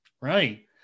Right